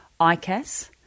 ICAS